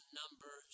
number